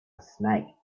snake